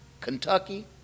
Kentucky